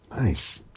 Nice